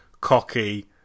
cocky